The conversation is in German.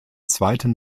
zweiten